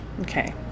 Okay